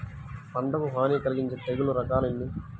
పంటకు హాని కలిగించే తెగుళ్ల రకాలు ఎన్ని?